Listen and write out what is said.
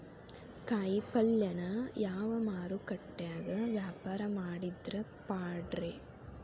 ಕಾಯಿಪಲ್ಯನ ಯಾವ ಮಾರುಕಟ್ಯಾಗ ವ್ಯಾಪಾರ ಮಾಡಿದ್ರ ಪಾಡ್ರೇ?